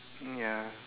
mm ya